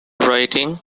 writing